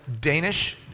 Danish